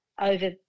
Over